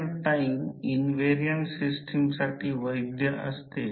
तर हे प्रथम V2 बनवेल त्यानंतर हे किती आहे ते शोधून काढेल